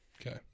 Okay